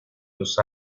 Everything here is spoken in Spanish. los